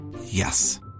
Yes